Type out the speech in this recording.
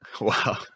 Wow